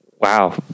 wow